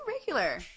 regular